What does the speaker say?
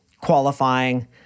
Qualifying